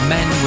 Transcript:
Men